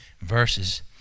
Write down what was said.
Verses